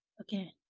Okay